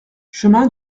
chemin